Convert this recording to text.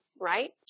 right